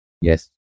Yes